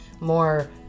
more